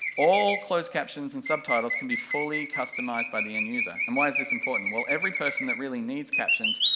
all closed captions and subtitles can be fully customized by the end user, and why is this important? well every person that really needs captions,